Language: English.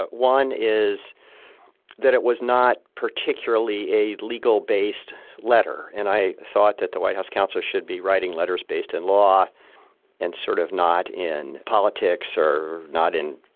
ah one is that it was not particularly a legal based letter. and i thought that the white house counsel should be writing letters based in law and sort of not in politics or not in,